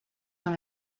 dans